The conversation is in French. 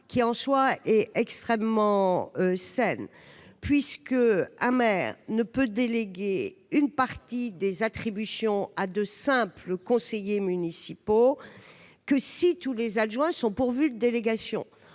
est, en soi, extrêmement saine : un maire ne peut déléguer une partie des attributions à de simples conseillers municipaux que si tous les adjoints sont pourvus de délégation.